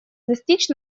достичь